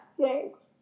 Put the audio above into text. Thanks